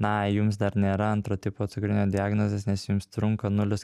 na jums dar nėra antro tipo cukrinio diagnozės nes jums trunka nulis